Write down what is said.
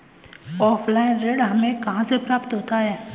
Offline ऋण हमें कहां से प्राप्त होता है?